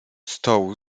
stołu